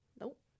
nope